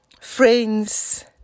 friends